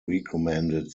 recommended